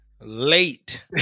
Late